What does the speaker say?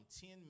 ten